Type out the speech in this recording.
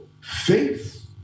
faith